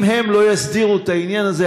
אם הם לא יסדירו את העניין הזה,